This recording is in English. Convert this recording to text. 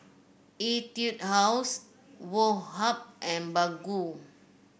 Etude House Woh Hup and Baggu